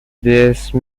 déesse